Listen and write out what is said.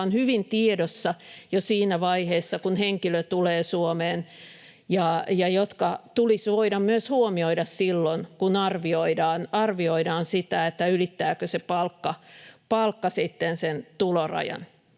jotka ovat hyvin tiedossa jo siinä vaiheessa, kun henkilö tulee Suomeen, ja jotka tulisi voida myös huomioida silloin, kun arvioidaan sitä, ylittääkö se palkka sen tulorajan.